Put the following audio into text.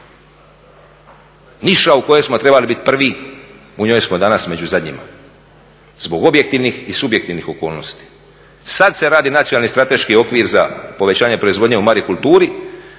Niša u kojoj smo trebali biti prvi u njoj smo danas među zadnjima zbog objektivnih i subjektivnih okolnosti. Sada se radi nacionalni strateški okvir za povećanje proizvodnje u marikulturi